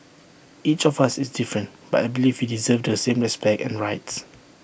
each of us is different but I believe we deserve the same respect and rights